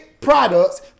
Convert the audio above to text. products